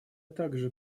также